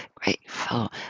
grateful